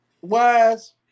wise